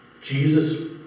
Jesus